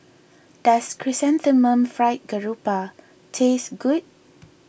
does Chrysanthemum Fried Grouper tastes good